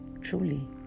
truly